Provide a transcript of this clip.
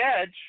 edge